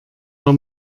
war